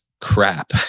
crap